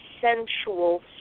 sensual